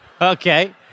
Okay